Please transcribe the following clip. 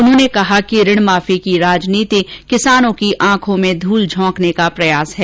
उन्होंने कहा कि ऋण माफी की राजनीति किसानों की आंखों में धूल झोंकने का प्रयास है